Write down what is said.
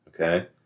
Okay